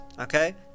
Okay